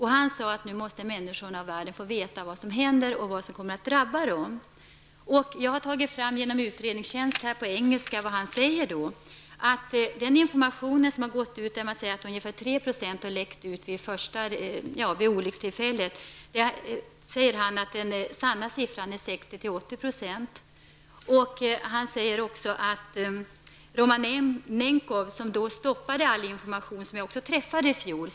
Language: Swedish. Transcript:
Han sade att människorna och världen nu måste få veta vad som händer och vad som kommer att drabba dem. Jag har genom utredningstjänsten på engelska tagit fram det han säger. Information har gått ut om att ungefär 3 % radioaktivitet har läckt ut vid olyckstillfället. Han säger att den sanna siffran är 60--80 %. Han säger också att Romanenkov, som jag också träffade i fjol, stoppade all information.